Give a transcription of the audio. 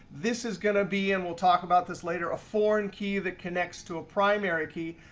this is going to be and we'll talk about this later a foreign key that connects to a primary key.